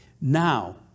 Now